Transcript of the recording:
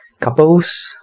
couples